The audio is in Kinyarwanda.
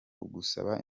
ugusaba